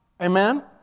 Amen